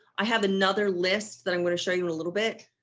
i have another list that i'm going to show you in a little bit.